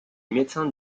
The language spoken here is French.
médecins